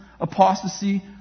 apostasy